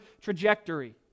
trajectory